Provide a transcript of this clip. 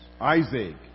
Isaac